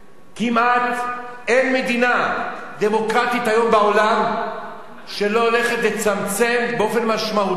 כמעט אין מדינה דמוקרטית היום בעולם שלא הולכת לצמצם באופן משמעותי,